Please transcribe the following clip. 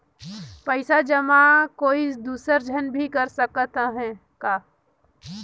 पइसा जमा कोई दुसर झन भी कर सकत त ह का?